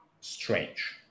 strange